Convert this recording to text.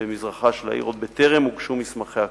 במזרחה של העיר, עוד בטרם הוגשו מסמכי הקרקע.